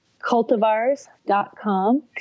cultivars.com